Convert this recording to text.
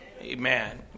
Amen